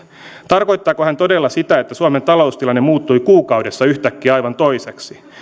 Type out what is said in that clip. tarkoittaako hän todella sitä että suomen taloustilanne muuttui kuukaudessa yhtäkkiä aivan toiseksi